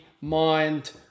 mind